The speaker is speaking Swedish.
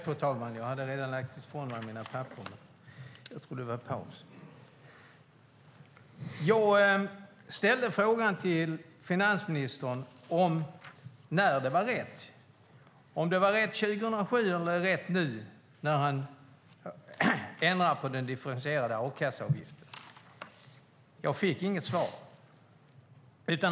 Fru talman! Jag ställde en fråga till finansministern om när det var rätt - om det var rätt 2007 eller nu - att han ändrade på den differentierade a-kasseavgiften. Jag fick inget svar.